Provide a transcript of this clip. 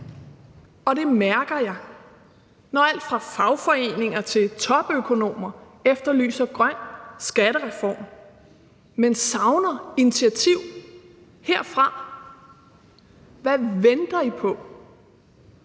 Og det mærker jeg, når alt fra fagforeninger til topøkonomer efterlyser en grøn skattereform, men savner initiativ herfra: Hvad venter I på?